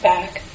back